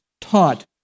taught